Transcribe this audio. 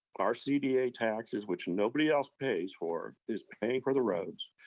our cda taxes, which nobody else pays for, is paying for the roads.